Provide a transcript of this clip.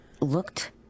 looked